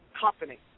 company